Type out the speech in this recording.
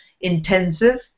intensive